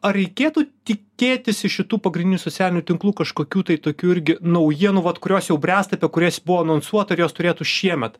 ar reikėtų tikėtis iš šitų pagrindinių socialinių tinklų kažkokių tai tokių irgi naujienų vat kurios jau bręsta apie kurias buvo anonsuota ir jos turėtų šiemet